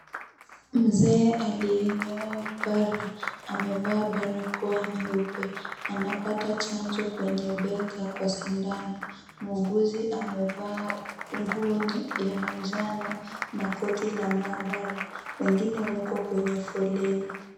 Mzee aliyenyoa upara, amevaa barakoa nyeupe anapata chanjo kwenye bega kwa sindano. Muuguzi amevaa nguo ya manjano na koti la maabara. Wengine wako kwenye foleni.